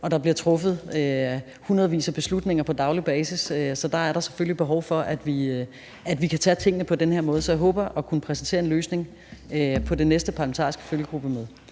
og der bliver truffet hundredvis af beslutninger på daglig basis. Så der er selvfølgelig et behov for, at vi kan tage tingene på den her måde, og jeg håber at kunne præsentere en løsning på det næste parlamentariske følgegruppemøde,